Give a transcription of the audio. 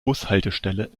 bushaltestelle